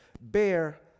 bear